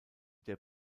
der